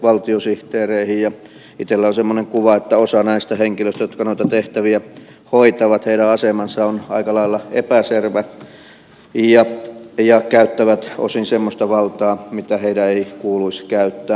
itsellä on semmoinen kuva että osan näistä henkilöistä jotka noita tehtäviä hoitavat asema on aika lailla epäselvä ja he käyttävät osin semmoista valtaa mitä heidän ei kuuluisi käyttää